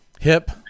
hip